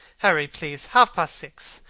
harry, please. half-past six.